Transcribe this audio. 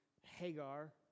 Hagar